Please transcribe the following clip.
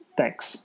Thanks